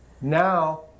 now